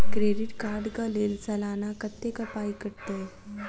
Credit card कऽ लेल सलाना कत्तेक पाई कटतै?